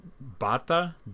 bata